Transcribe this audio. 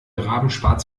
rabenschwarz